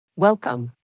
welcome